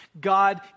God